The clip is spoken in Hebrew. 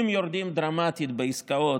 אם יורדים דרמטית בעסקאות,